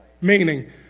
Meaning